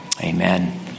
amen